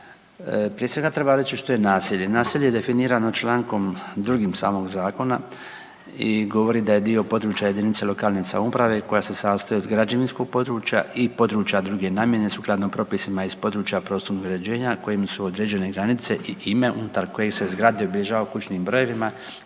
Prije svega treba reći što je naselje, naselje je definirano člankom drugim samog zakona i govori da je dio područja JLS koja se sastoji od građevinskog područja i područja druge namjene sukladno propisima iz područja prostornog uređenja kojim su određene granice i ime unutar kojeg se zgrade obilježavaju kućnim brojevima